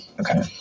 Okay